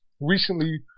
recently